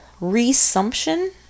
resumption